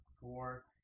Four